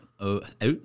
out